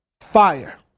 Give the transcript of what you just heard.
Fire